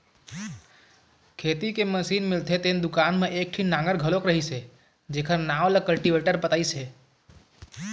खेती के मसीन मिलथे तेन दुकान म एकठन नांगर घलोक रहिस हे जेखर नांव ल कल्टीवेटर बतइस हे